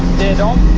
they don't